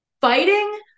fighting